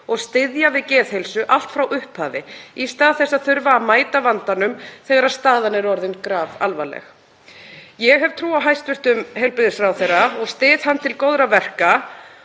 og styðja við geðheilsu allt frá upphafi í stað þess að þurfa að mæta vandanum þegar staðan er orðin grafalvarleg. Ég hef trú á hæstv. heilbrigðisráðherra og styð hann til góðra verka